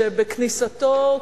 שבכניסתו,